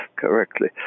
correctly